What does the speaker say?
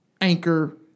Anchor